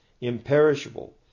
imperishable